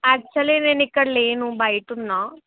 actually నేను ఇక్కడ లేను బయట ఉన్నా